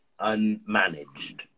unmanaged